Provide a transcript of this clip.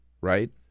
right